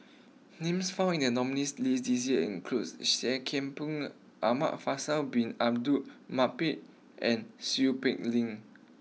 names found in the nominees' list this year include Seah Kian Peng Faisal Bin Abdul Manap and Seow Peck Leng